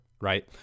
right